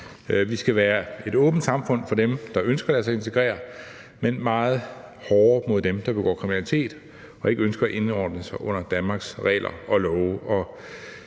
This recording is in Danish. Vi skal være et åbent samfund for dem, der ønsker at lade sig integrere, men meget hårdere mod dem, der begår kriminalitet og ikke ønsker at indordne sig under Danmarks regler og love.